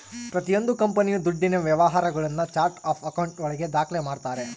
ಪ್ರತಿಯೊಂದು ಕಂಪನಿಯು ದುಡ್ಡಿನ ವ್ಯವಹಾರಗುಳ್ನ ಚಾರ್ಟ್ ಆಫ್ ಆಕೌಂಟ್ ಒಳಗ ದಾಖ್ಲೆ ಮಾಡ್ತಾರೆ